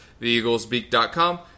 TheEaglesBeak.com